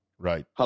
Right